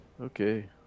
Okay